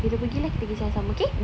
kalau kita pergi kita pergi sama-sama okay